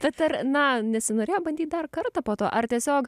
tad ar na nesinorėjo bandyt dar kartą po to ar tiesiog